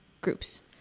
groups